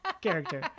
character